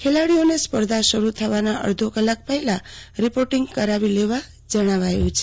ખેલાડીઓને સ્પર્ધા શરૂ થવાના અંડધો કલાક પંહેલા રીપોટીંગ કરાવી લેવા જણાવાયું છે